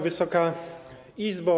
Wysoka Izbo!